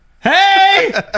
Hey